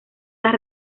las